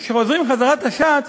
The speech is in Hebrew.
כשחוזרים בחזרת הש"ץ,